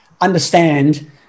understand